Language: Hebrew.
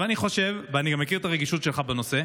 אני חושב, ואני גם מכיר את הרגישות שלך בנושא,